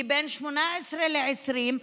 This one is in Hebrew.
כי בין 18 ל-20,